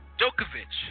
Djokovic